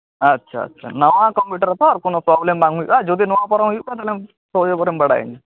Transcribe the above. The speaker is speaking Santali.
ᱟᱪᱷᱟ ᱟᱪᱷᱟ ᱱᱟᱣᱟ ᱠᱳᱢᱯᱤᱭᱩᱴᱟᱨ ᱛᱚ ᱟᱨ ᱠᱚᱱᱳ ᱯᱚᱨᱚᱵᱮᱞᱮᱢ ᱵᱟᱝ ᱦᱩᱭᱩᱜᱼᱟ ᱡᱩᱫᱤ ᱱᱚᱣᱟ ᱯᱚᱨᱮ ᱦᱚᱸ ᱠᱷᱟᱱ ᱛᱟᱦᱚᱞᱮ ᱦᱳᱭ ᱠᱷᱚᱵᱚᱨᱮᱢ ᱵᱟᱲᱟᱭᱮᱧᱟᱹ